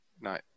No